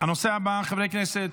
חברי הכנסת,